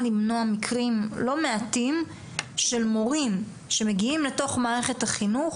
למנוע מקרים לא מעטים של מורים שמגיעים לתוך מערכת החינוך